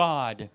God